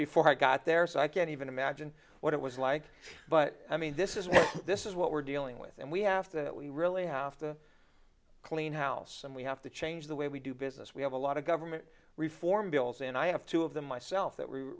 before i got there so i can't even imagine what it was like but i mean this is this is what we're dealing with and we have to we really have to clean house and we have to change the way we do business we have a lot of government reform bills and i have two of them myself that